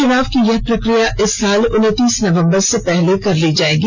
चुनाव की यह प्रक्रिया इस साल उनतीस नवंबर के पहले कर ली जाएगी